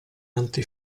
anti